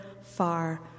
far